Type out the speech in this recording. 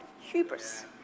Hubris